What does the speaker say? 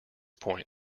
point